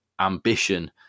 ambition